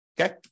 okay